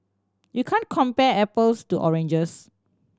you can't compare apples to oranges